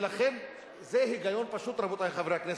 ולכן זה היגיון פשוט, רבותי חברי הכנסת,